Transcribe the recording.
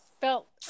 felt